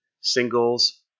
singles